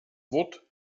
wort